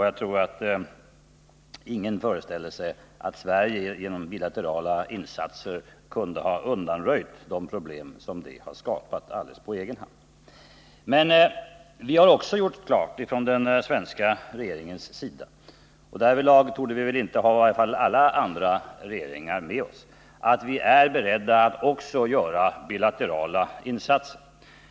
Jag tror att ingen föreställer sig att Sverige genom bilaterala insatser kunde ha övertagit de internationella organisationernas uppgift. Men den svenska regeringen har likväl gjort klart — vilket väl inte alla andra regeringar gjort — att vi är beredda att också göra bilaterala insatser.